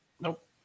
Nope